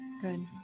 Good